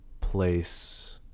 place